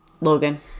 Logan